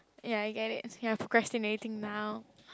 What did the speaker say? ya I get it you are procrastinating now